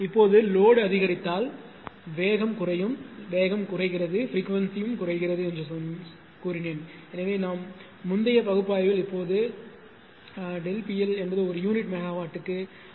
இப்போது லோடு அதிகரித்தால் லோடு அதிகரித்தால் வேகம் குறையும் வேகம் குறைகிறது பிரிக்வன்சி குறைகிறது என்று சொன்னேன் எனவே நம்முந்தைய பகுப்பாய்வில் இப்போது seenP L என்பது ஒரு யூனிட் மெகாவாட்டுக்கு 0